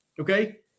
Okay